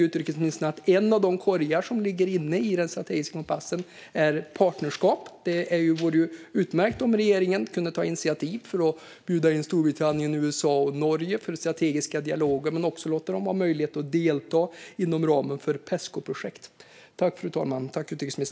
Utrikesministern vet ju att en av de korgar som ligger i den strategiska kompassen är partnerskap. Det vore utmärkt om regeringen kunde ta initiativ för att bjuda in Storbritannien, USA och Norge till strategiska dialoger men också ge dem möjlighet att delta inom ramen för Pesco-projekt. Tack, utrikesministern, för debatten!